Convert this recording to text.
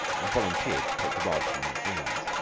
and volunteered to take the rod from my hands.